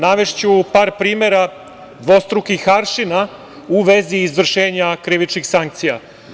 Navešću par primera dvostrukih aršina u vezi izvršenja krivičnih sankcija.